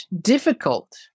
difficult